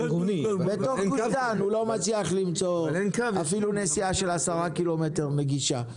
בתוך גוש דן הוא לא מצליח למצוא נסיעה למרחק של 10 קילומטר שתהיה נגישה.